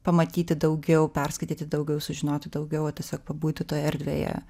pamatyti daugiau perskaityti daugiau sužinoti daugiau o tiesiog pabūti toje erdvėje